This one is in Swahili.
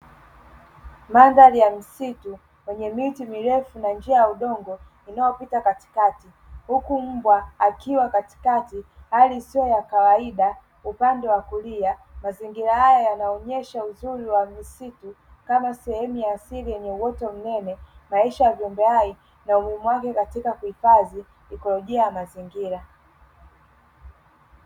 Mandhari ya msitu wenye miti mirefu na njia ya udongo inayopita katikati huku mbwa akiwa katikati hali isiyo ya kawaida upande wa kulia, mazingira haya yanaonesha uzuri wa misitu Kama sehemu asili yenye uoto mnene maisha ya viumbe hai na umuhimu wake katika uhifadhi ikolojia ya mazingira.